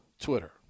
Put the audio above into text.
Twitter